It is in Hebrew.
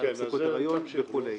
מידע על הפסקות הריון וכו'.